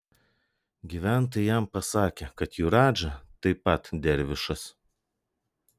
gyventojai jam pasakė kad jų radža taip pat dervišas